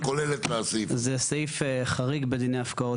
זה סעיף חריג בדיני הפקעות.